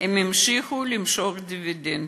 הם המשיכו למשוך דיבידנדים.